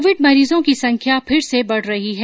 Covid मरीजों की संख्या फिर से बढ़ रही है